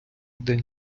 день